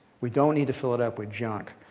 we don't need to fill it up with junk.